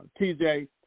TJ